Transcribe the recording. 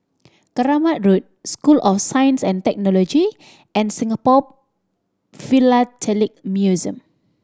Keramat Road School of Science and Technology and Singapore Philatelic Museum